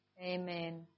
amen